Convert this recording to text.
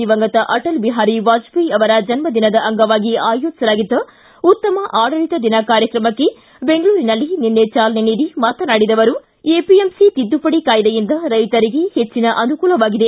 ದಿವಂಗತ ಅಟಲ್ ಬಿಹಾರಿ ವಾಜಪೇಯಿ ಅವರ ಜನ್ಮದಿನದ ಅಂಗವಾಗಿ ಆಯೋಜಿಸಲಾಗಿದ್ದ ಉತ್ತಮ ಆಡಳಿತ ದಿನ ಕಾರ್ಯಕ್ರಮಕ್ಕೆ ಬೆಂಗಳೂರಿನಲ್ಲಿ ನಿನ್ನೆ ಚಾಲನೆ ನೀಡಿ ಮಾತನಾಡಿದ ಅವರು ಎಪಿಎಂಸಿ ತಿದ್ದುಪಡಿ ಕಾಯ್ದೆಯಿಂದ ರೈತರಿಗೆ ಹೆಚ್ಚಿನ ಅನುಕೂಲವಾಗಿದೆ